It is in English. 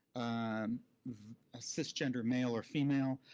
um a cisgender male or female,